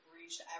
reached